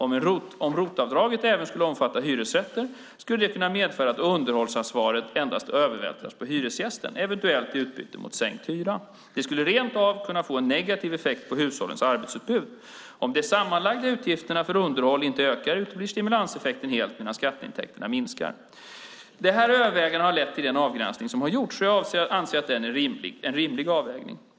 Om ROT-avdraget även skulle omfatta hyresrätter skulle det kunna medföra att underhållsansvaret endast övervältras på hyresgästen, eventuellt i utbyte mot sänkt hyra. Det skulle rent av kunna få en negativ effekt på hushållens arbetsutbud. Om de sammanlagda utgifterna för underhåll inte ökar uteblir stimulanseffekten helt medan skatteintäkterna minskar. De här övervägandena har lett till den avgränsning som har gjorts. Jag anser att det är en rimlig avvägning.